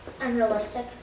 Unrealistic